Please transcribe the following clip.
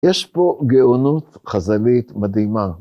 יש פה גאונות חז"לית מדהימה.